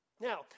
Now